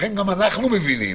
לכן גם אנחנו מבינים,